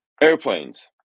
Airplanes